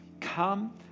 come